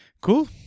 Cool